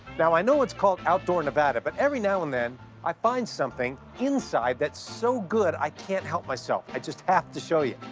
now, i know it's called outdoor nevada, but every now and then i find something inside that's so good i can't help myself. i just have to show you.